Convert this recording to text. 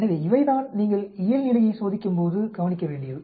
எனவே இவைதான் நீங்கள் இயல்புநிலையை சோதிக்கும்போது கவனிக்க வேண்டியது